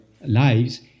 lives